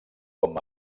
com